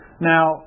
Now